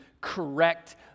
correct